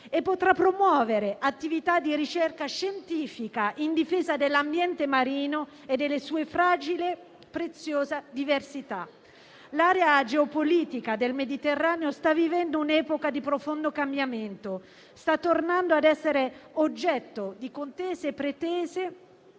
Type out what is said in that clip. altresì promuovere attività di ricerca scientifica in difesa dell'ambiente marino e della sua fragile e preziosa diversità. L'area geopolitica del Mediterraneo sta vivendo un'epoca di profondo cambiamento, sta tornando ad essere oggetto di contese e pretese